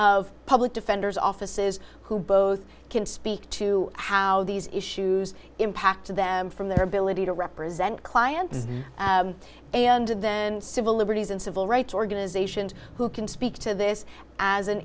of public defenders offices who both can speak to how these issues impact them from their ability to represent clients and then civil liberties and civil rights organizations who can speak to this as an